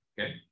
okay